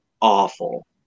awful